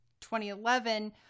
2011